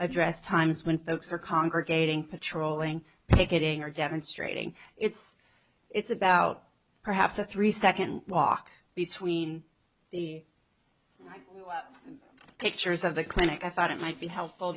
address times when folks are congregating patrolling picketing are demonstrating it's it's about perhaps a three second walk between the pictures of the clinic i thought it might be helpful